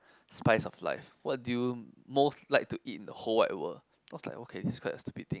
spice of life what do you most like to eat in the whole wide world I was like okay this is quite a stupid thing